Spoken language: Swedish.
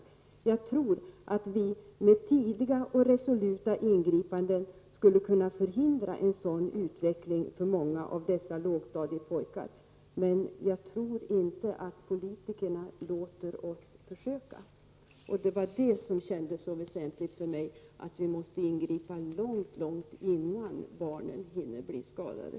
Jag tror att vi med tidiga och resoluta ingripanden skulle kunna förhindra en sådan utveckling för många av dessa lågstadiepojkar, men jag tror inte att politikerna låter oss försöka.” Därför kändes det så väsentligt för mig att vi ingriper långt innan barnen hinner bli skadade.